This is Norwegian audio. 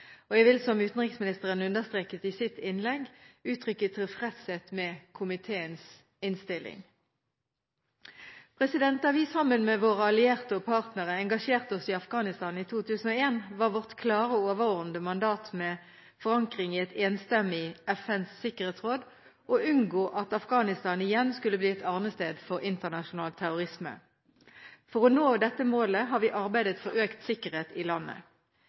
engasjement. Jeg vil, som utenriksministeren understreket i sitt innlegg, uttrykke tilfredshet med komiteens innstilling. Da vi, sammen med våre allierte og partnere, engasjerte oss i Afghanistan i 2001, var vårt klare og overordnede mandat, med forankring i et enstemmig FNs sikkerhetsråd, å unngå at Afghanistan igjen skulle bli et arnested for internasjonal terrorisme. For å nå dette målet har vi arbeidet for økt sikkerhet i landet.